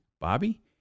Bobby